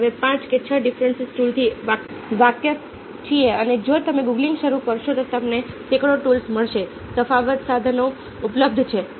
અમે હવે પાંચ કે છ ડિફરન્સ ટૂલ્સથી વાકેફ છીએ અને જો તમે ગૂગલિંગ શરૂ કરશો તો તમને તે સેંકડો ટૂલ્સ મળશે તફાવત સાધનો ઉપલબ્ધ છે